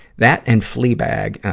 that, and fleabag, ah,